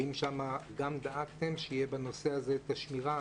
האם שם גם דאגתם שתהיה שמירה בנושא הזה?